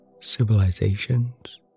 civilizations